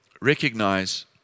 recognize